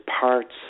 parts